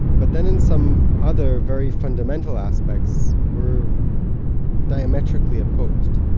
but then in some other, very fundamental aspects, we're diametrically opposed.